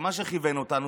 ומה שכיוון אותנו,